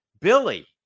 Billy